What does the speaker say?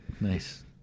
Nice